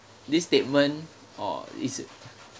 this statement or is